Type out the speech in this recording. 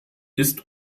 ist